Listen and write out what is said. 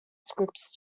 scripts